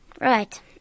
Right